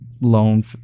loan